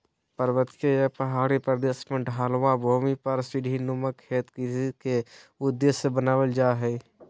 पर्वतीय या पहाड़ी प्रदेश के ढलवां भूमि पर सीढ़ी नुमा खेत कृषि के उद्देश्य से बनावल जा हल